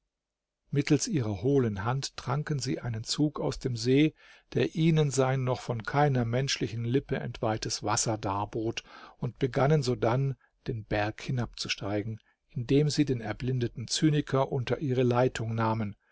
mittels ihrer hohlen hand tranken sie einen zug aus dem see der ihnen sein noch von keiner menschlichen lippe entweihtes wasser darbot und begannen sodann den berg hinabzusteigen indem sie den erblindeten zyniker unter ihre leitung nahmen